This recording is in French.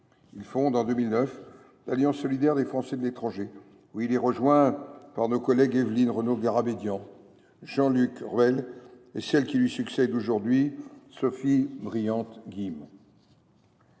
Il fonde donc, en 2009, l’Alliance solidaire des Français de l’étranger (ASFE), où il est rejoint par nos collègues Évelyne Renaud Garabedian, Jean Luc Ruelle et celle qui lui succède aujourd’hui, Sophie Briante